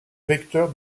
vecteurs